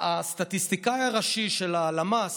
אני שומע את הסטטיסטיקאי הראשי של הלמ"ס,